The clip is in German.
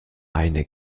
eine